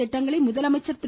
திட்டங்களை முதலமைச்சர் திரு